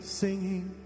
singing